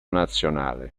nazionale